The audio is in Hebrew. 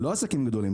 לא עסקים גדולים,